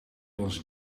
ons